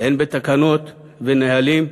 הן בתקנות ונהלים,